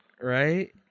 right